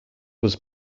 was